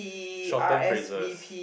shorten phrases